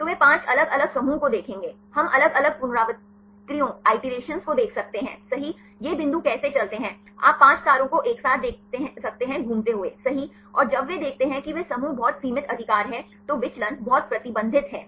तो वे 5 अलग अलग समूहों को देखेंगे हम अलग अलग पुनरावृत्तियों को देख सकते हैंसही ये बिंदु कैसे चलते हैं आप 5 तारों को एक साथ देख सकते हैं घूमते हुए सही और जब वे देखते हैं कि वे समूह बहुत सीमित अधिकार हैं तो विचलन बहुत प्रतिबंधित है